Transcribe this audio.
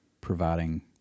providing